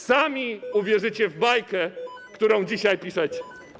Sami uwierzycie w bajkę, którą dzisiaj piszecie.